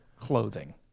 clothing